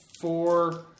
four